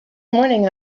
morning